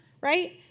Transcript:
right